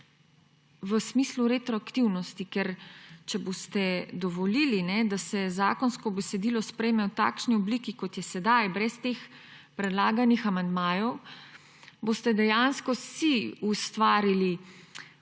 v smislu retroaktivnosti, ker če boste dovolili, da se zakonsko besedilo sprejme v takšni obliki, kot je sedaj, brez teh predlaganih amandmajev, si boste dejansko ustvarili